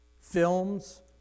films